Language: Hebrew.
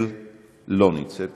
שרן השכל, לא נמצאת כאן.